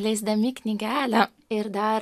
leisdami knygelę ir dar